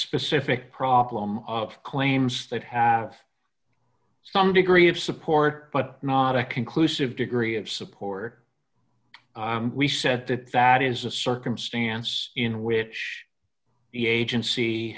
specific problem of claims that have some degree of support but not a conclusive degree of support we said that that is a circumstance in which the agency